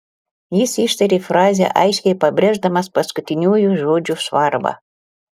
jis ištarė frazę aiškiai pabrėždamas paskutiniųjų žodžių svarbą